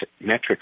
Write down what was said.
metrics